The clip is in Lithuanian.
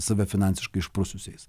save finansiškai išprususiais